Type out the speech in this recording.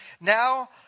now